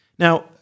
Now